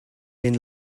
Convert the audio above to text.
been